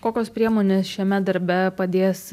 kokios priemonės šiame darbe padės